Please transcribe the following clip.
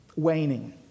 waning